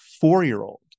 four-year-old